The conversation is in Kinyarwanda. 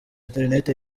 interineti